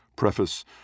preface